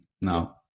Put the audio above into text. no